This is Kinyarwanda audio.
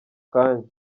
kanya